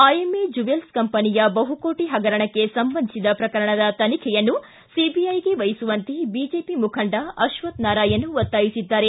IMA jewels ಕಂಪನಿಯ ಬಹುಕೋಟ ಹಗರಣಕ್ಕೆ ಸಂಬಂಧಿಸಿದ ಪ್ರಕರಣದ ತನಿಖೆಯನ್ನು ಸಿಬಿಐಗೆ ವಹಿಸುವಂತೆ ಬಿಜೆಪಿ ಮುಖಂಡ ಅಶ್ವಥ್ನಾರಾಯಣ ಒತ್ತಾಯಿಸಿದ್ದಾರೆ